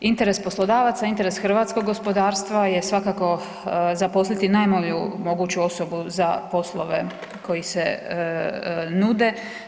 Interes poslodavaca, interes hrvatskog gospodarstva je svakako zaposliti najbolju moguću osobu za poslove koji se nude.